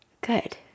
Good